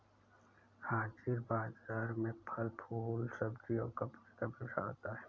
हाजिर बाजार में फल फूल सब्जी और कपड़े का व्यवसाय होता है